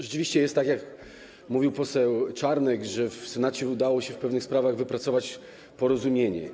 Rzeczywiście jest tak, jak mówił poseł Czarnek, że w Senacie udało się w pewnych sprawach wypracować porozumienie.